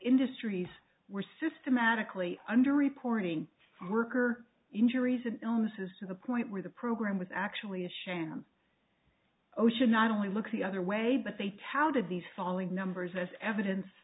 industries were systematically underreporting for worker injuries and illnesses to the point where the program was actually a sham oh should not only look the other way but they tallied of these falling numbers as evidence